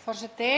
Forseti.